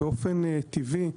באופן טבעי,